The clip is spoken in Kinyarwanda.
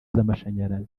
z’amashanyarazi